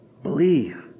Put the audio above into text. Believe